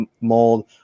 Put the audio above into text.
mold